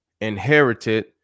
inherited